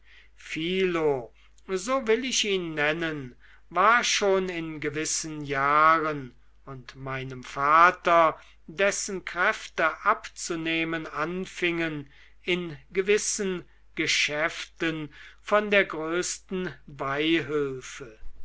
philo so will ich ihn nennen war schon in gewissen jahren und meinem vater dessen kräfte abzunehmen anfingen in gewissen geschäften von der größten beihülfe